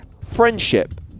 friendship